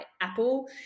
Apple